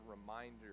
reminder